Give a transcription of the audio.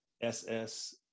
SS